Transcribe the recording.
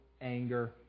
anger